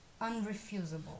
unrefusable